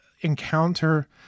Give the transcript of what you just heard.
encounter